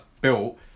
built